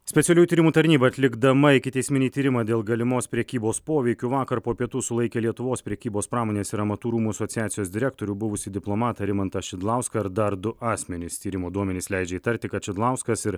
specialiųjų tyrimų tarnyba atlikdama ikiteisminį tyrimą dėl galimos prekybos poveikiu vakar po pietų sulaikė lietuvos prekybos pramonės ir amatų rūmų asociacijos direktorių buvusį diplomatą rimantą šidlauską ir dar du asmenis tyrimo duomenys leidžia įtarti kad šidlauskas ir